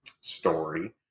story